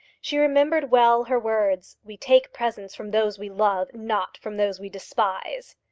she remembered well her words we take presents from those we love, not from those we despise.